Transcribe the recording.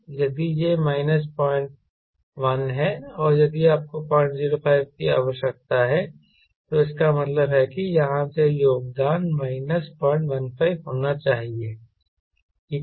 यदि यह माइनस 01 है और यदि आपको 005 की आवश्यकता है तो इसका मतलब है कि यहाँ से योगदान माइनस 015 होना चाहिए ठीक है